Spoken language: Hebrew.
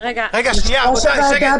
מספיק.